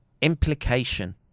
implication